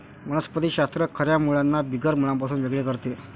वनस्पति शास्त्र खऱ्या मुळांना बिगर मुळांपासून वेगळे करते